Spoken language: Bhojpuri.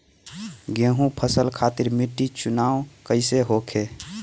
गेंहू फसल खातिर मिट्टी चुनाव कईसे होखे?